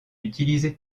utilisé